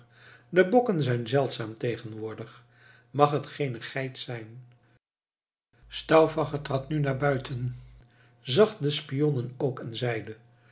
de bokken zijn zeldzaam tegenwoordig mag het geene geit zijn stauffacher trad nu naar buiten zag de spionnen ook en zeide